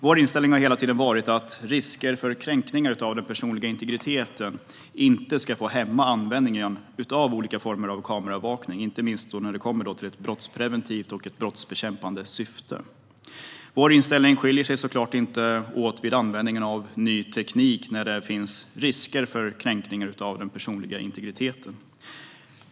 Vår inställning har hela tiden varit att risker för kränkningar av den personliga integriteten inte ska få hämma användningen av olika former av kameraövervakning i brottspreventivt och brottsbekämpande syfte. Vår inställning skiljer sig såklart inte åt när det gäller användning av ny teknik när det finns risker för kränkningar av den personliga integriteten.